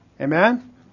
Amen